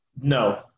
no